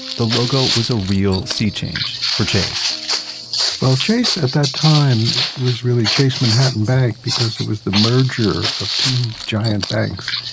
the logo was a real sea change for chase well, chase at that time was really chase manhattan bank because it was the merger of two giant banks,